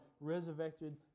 resurrected